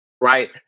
right